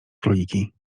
króliki